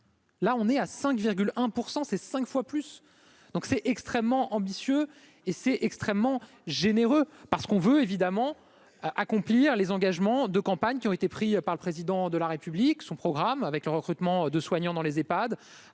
Là on est à 5 virgule 1 % c'est 5 fois plus, donc c'est extrêmement ambitieux et c'est extrêmement généreux, parce qu'on veut évidemment à accomplir les engagements de campagne qui ont été pris par le président de la République, son programme avec le recrutement de soignants dans les EPHAD